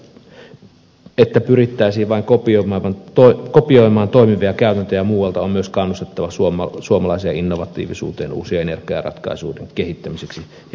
sen sijaan että pyrittäisiin vain kopioimaan toimivia käytäntöjä muualta on myös kannustettava suomalaisia innovatiivisuuteen uusien energiaratkaisujen kehittämiseksi ja käyttöön ottamiseksi